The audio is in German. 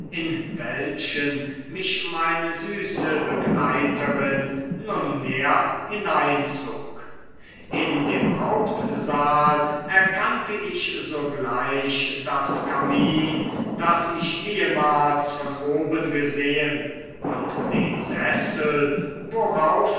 in welchen mich meine süße begleiterin nunmehr hineinzog in dem hauptsaal erkannte ich sogleich das kamin das ich ehemals von oben gesehen und den sessel worauf